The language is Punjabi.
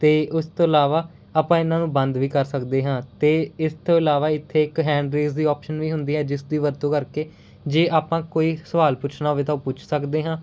ਅਤੇ ਉਸ ਤੋਂ ਇਲਾਵਾ ਆਪਾਂ ਇਹਨਾਂ ਨੂੰ ਬੰਦ ਵੀ ਕਰ ਸਕਦੇ ਹਾਂ ਅਤੇ ਇਸ ਤੋਂ ਇਲਾਵਾ ਇੱਥੇ ਇੱਕ ਹੈਂਡ ਰੇਸ ਦੀ ਆਪਸ਼ਨ ਵੀ ਹੁੰਦੀ ਹੈ ਜਿਸ ਦੀ ਵਰਤੋਂ ਕਰਕੇ ਜੇ ਆਪਾਂ ਕੋਈ ਸਵਾਲ ਪੁੱਛਣਾ ਹੋਵੇ ਤਾਂ ਉਹ ਪੁੱਛ ਸਕਦੇ ਹਾਂ